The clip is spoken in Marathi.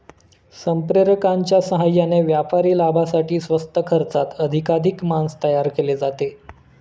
संप्रेरकांच्या साहाय्याने व्यापारी लाभासाठी स्वस्त खर्चात अधिकाधिक मांस तयार केले जाते